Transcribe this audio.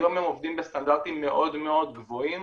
היום הם עובדים בסטנדרטים מאוד מאוד גבוהים